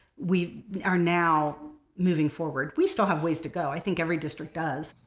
we are now moving forward. we still have ways to go, i think every district does,